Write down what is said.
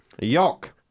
Yoke